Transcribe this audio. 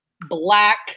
Black